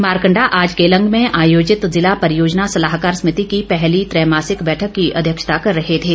मारकंडा आज केलंग में आयोजित जिला परियोजना सलाहकार समिति की पहली त्रैमासिक बैठक की अध्यक्षता कर रहे थे